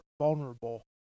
vulnerable